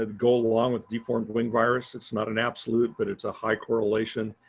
ah goal along with deformed wing virus. it's not an absolute but it's a high correlation.